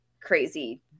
crazy